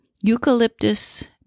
eucalyptus